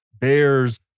bears